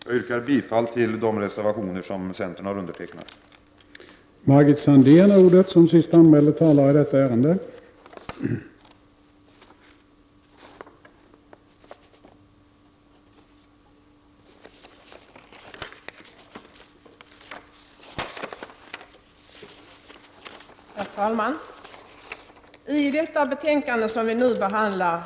Jag yrkar bifall till de reservationer som centern har varit med om att avge.